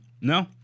No